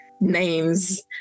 names